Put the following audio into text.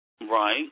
Right